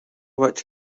which